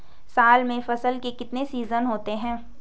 साल में फसल के कितने सीजन होते हैं?